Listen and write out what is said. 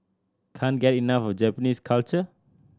can't get enough of Japanese culture